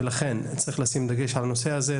ולכן צריך לשים דגש על הנושא הזה,